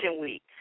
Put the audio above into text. Week